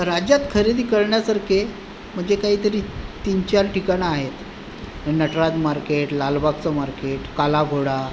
राज्यात खरेदी करण्यासारखे म्हणजे काहीतरी तीनचार ठिकाणं आहेत आणि नटराज मार्केट लालबागचं मार्केट काला घोडा